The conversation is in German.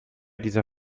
dieser